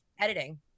editing